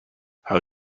how